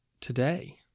today